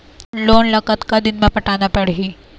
Loan ला कतका दिन मे पटाना पड़ही?